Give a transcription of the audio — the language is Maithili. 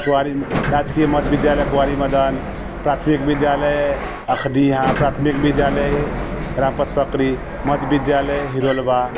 कुआरिमे राजकीय मध्य विद्यालय कुआरि मदन प्राथमिक विद्यालय अखडीहाँ प्राथमिक विद्यालय रामपत पकड़ी मध्य विद्यालय हिरोलबा